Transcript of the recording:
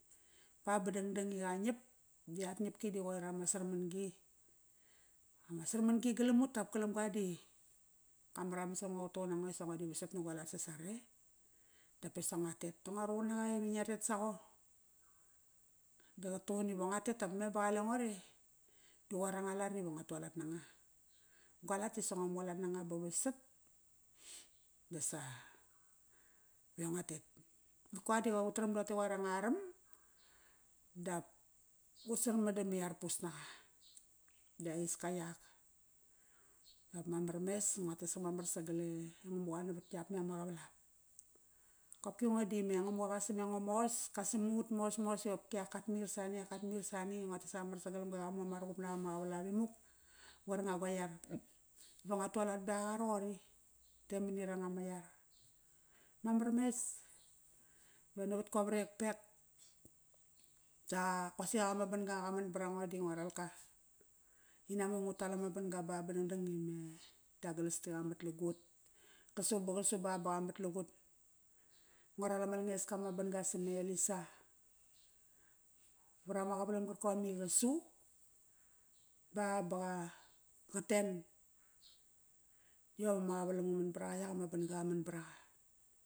ba, ba dangdang iqa ngiap, di at ngiapki di qoir ama sarmangi. Ama sarmangi galam ut dap galamga di qa maraman saram ngo qa tuqum nango isa ngo di vasat na guralat sasare dap vesa ngua tet da ngua ruqun naqa ive ngia tet sago? Da qa tuqun ive ngua tet dap ba qale ngo re di qoir anga lat ive ngua tualat nanga. Gua lat disa ngua mualat nanga ba vasat. Dasa ve ngua tet. Qa di utaram toqote i qoir anga eram dap utsarmadam i arpus naqa. Di a iska iak. Dap mamar mes, ngua tes ama mas sagal e ngamuqa navat iap me ama qaval ap. Qopki ngo dime Ngamuqa qa sam engo mos, qa sam ut mos, mos iqopki ak qat mir sani, ak qat mir sani. I ngo tes ama mar sagalamga i qamu ama ruqup nap ama qavalap imuk va qar kanga gua iar. Iva ngua tualat baqaqa raqori. Te mani ranga ma iar. Mamar mes ve navat go vrekpek. da qosi ak ama banga qaman varango di ngo ralka. Inamak ingu tal ama banga ba, ba dangdang ime Douglas di qamat lugut. Qasu ba qasu ba, ba qa mat lugut. Ngo ral ama langeska ma banga same Elisa. Varama qavalam qarkom iqa su ba, ba qa ten. Iom ama qavalam nga man varaqa, iak ama banga qaman varaqa.